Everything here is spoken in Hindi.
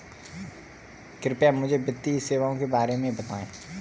कृपया मुझे वित्तीय सेवाओं के बारे में बताएँ?